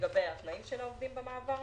לגבי התנאים של העובדים במעבר.